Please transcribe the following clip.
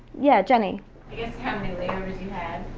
yeah, jenny. i guess how many layovers you had,